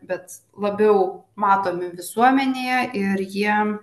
bet labiau matomi visuomenėje ir jiem